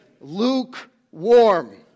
lukewarm